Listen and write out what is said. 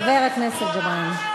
חבר הכנסת ג'בארין.